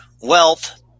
wealth